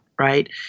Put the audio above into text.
right